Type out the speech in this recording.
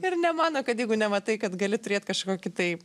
ir nemano kad jeigu nematai kad gali turėt kažkokį tai